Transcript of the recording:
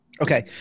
okay